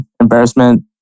embarrassment